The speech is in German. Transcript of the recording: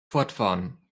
fortfahren